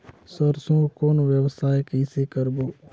सरसो कौन व्यवसाय कइसे करबो?